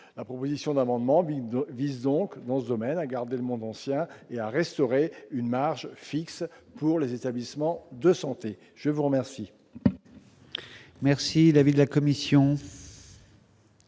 la proposition d'amendement, disons que dans ce domaine, a gardé le monde ancien, et à restaurer une marge fixe pour les établissements de santé, je vous remercie.